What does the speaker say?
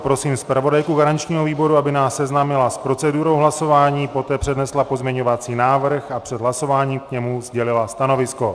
Prosím zpravodajku garančního výboru, aby nás seznámila s procedurou hlasování, poté přednesla pozměňovací návrh a před hlasováním k němu sdělila stanovisko.